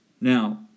Now